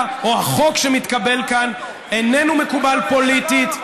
או החוק שמתקבל כאן איננו מקובל פוליטית,